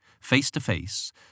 face-to-face